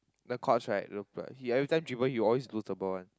the courts right you know he every time dribble he always lose the ball one